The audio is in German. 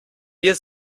wir